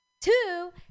Two